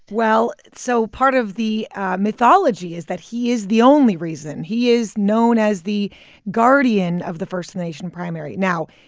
well, so part of the mythology is that he is the only reason. he is known as the guardian of the first-in-the-nation primary. now,